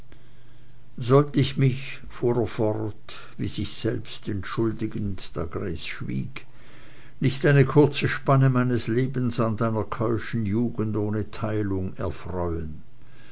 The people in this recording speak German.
sollt ich mich fuhr er fort wie sich selbst entschuldigend da grace schwieg nicht eine kurze spanne meines lebens an deiner keuschen jugend ohne teilung erfreuen